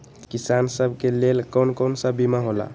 किसान सब के लेल कौन कौन सा बीमा होला?